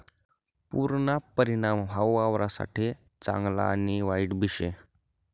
पुरना परिणाम हाऊ वावरससाठे चांगला आणि वाईटबी शे